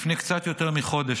לפני קצת יותר מחודש,